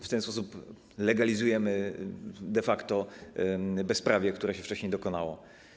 W ten sposób legalizujemy de facto bezprawie, które się wcześniej dokonało.